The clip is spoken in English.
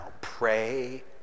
Pray